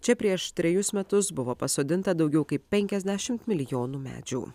čia prieš trejus metus buvo pasodinta daugiau kaip penkiasdešimt milijonų medžių